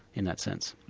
in that sense.